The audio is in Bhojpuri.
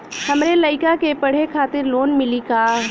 हमरे लयिका के पढ़े खातिर लोन मिलि का?